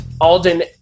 Alden